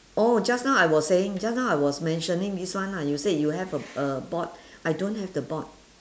oh just now I was saying just now I was mentioning this one ah you said you have a a board I don't have the board